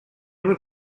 were